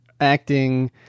acting